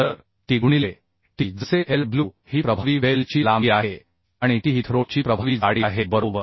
तर T गुणिले T जसे Lw ही प्रभावी वेल्डची लांबी आहे आणि TT ही थ्रोट ची प्रभावी जाडी आहे बरोबर